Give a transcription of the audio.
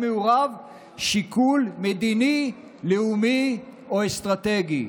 מעורב שיקול מדיני לאומי או אסטרטגי.